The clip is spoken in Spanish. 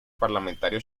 parlamentario